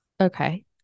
Okay